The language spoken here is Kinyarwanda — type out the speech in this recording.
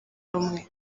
umwe